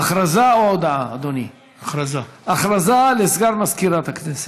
הודעה לסגן מזכירת הכנסת.